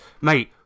Mate